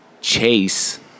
chase